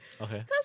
Okay